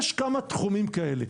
יש כמה תחומים כאלה.